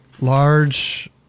Large